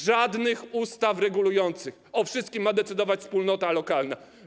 Żadnych ustaw regulujących, o wszystkim ma decydować wspólnota lokalna.